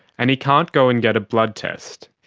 and he can't go and get a blood test.